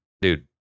dude